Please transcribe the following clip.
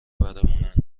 برمونن